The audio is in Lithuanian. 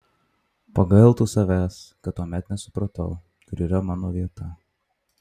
pagailtų savęs kad tuomet nesupratau kur yra mano vieta